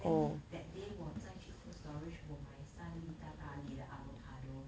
then that day 我再去 cold storage 我买三粒大大粒的 avocado